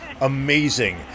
Amazing